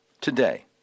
today